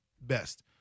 best